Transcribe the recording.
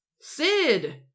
Sid